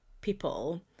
people